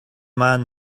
man